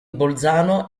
bolzano